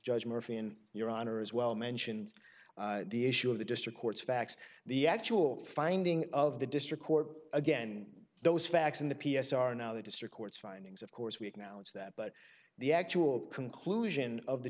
judge murphy in your honor as well mentioned the issue of the district courts facts the actual finding of the district court again those facts in the p s are now the district court's findings of course we acknowledge that but the actual conclusion of the